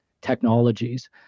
technologies